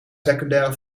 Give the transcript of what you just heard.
secundaire